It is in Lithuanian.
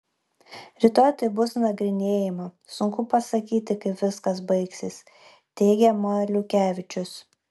rytoj tai bus nagrinėjama sunku pasakyti kaip viskas baigsis teigia maliukevičius